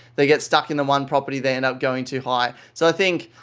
they get stuck in the one property, they end up going too high. so, i think,